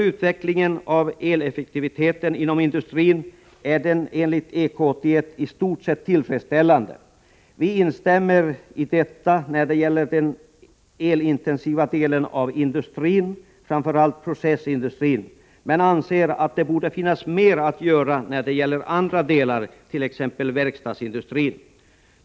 Utvecklingen av eleffektiviteten inom industrin är enligt EK 81 i stort sett tillfredsställande. Vi instämmer i detta när det gäller den elintensiva delen av industrin — framför allt processindustrin. Men vi anser att det borde finnas mer att göra när det gäller andra delar —t.ex. verkstadsindustrin.